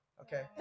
Okay